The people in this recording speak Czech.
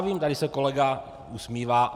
Vím, tady se kolega usmívá.